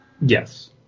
Yes